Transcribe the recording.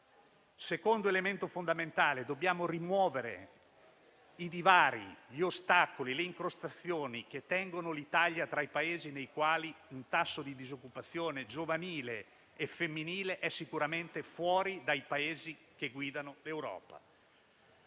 secondo elemento fondamentale è che dobbiamo rimuovere i divari, gli ostacoli e le incrostazioni che tengono l'Italia tra i Paesi nei quali il tasso di disoccupazione giovanile e femminile è sicuramente fuori dai livelli degli Stati che guidano l'Europa.